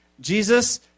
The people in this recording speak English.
Jesus